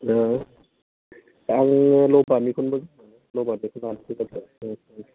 अ आं रबारनिखौनो मोजां मोनो रबारनिखौनो बांसिन गोसोआव लाखियो